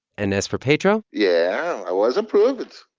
and as for pedro? yeah, i was approved,